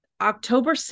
October